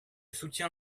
soutiens